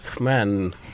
man